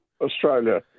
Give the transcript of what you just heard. Australia